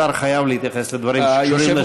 השר חייב להתייחס לדברים שקשורים לשאילתה.